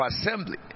assembly